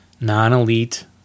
non-elite